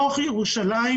בתוך ירושלים,